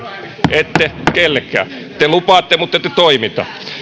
ette kellekään te lupaatte muttette toimi